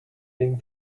being